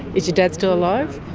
is your dad still alive?